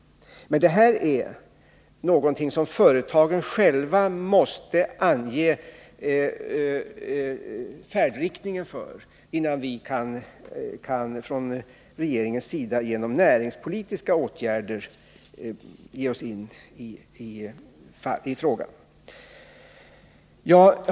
Men här måste företagen själva ange färdriktningen, innan regeringen genom näringspolitiska åtgärder ger sig in på frågan.